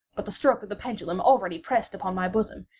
but the stroke of the pendulum already pressed upon my bosom.